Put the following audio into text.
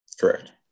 Correct